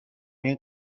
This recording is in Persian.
این